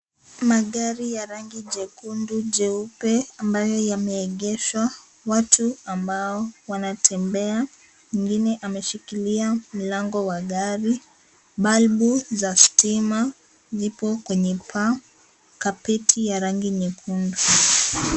Magari ya rangi jekundu, jeupe ambayo yameegshewa. Watu ambao wanatembea. Mwengine ameshikilia mlango wa gari. Balbu za stima ziko kwenye paa. Kapeti ya rangi nyekundu.